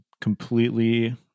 completely